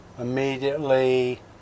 immediately